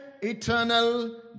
eternal